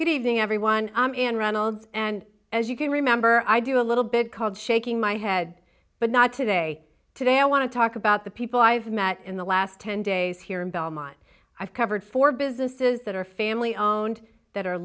good evening everyone and reynolds and as you can remember i do a little bit called shaking my head but not today today i want to talk about the people i've met in the last ten days here in belmont i've covered for businesses that are family own that